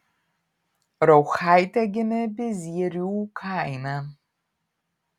rauchaitė gimė bizierių kaime